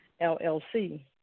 LLC